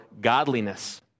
godliness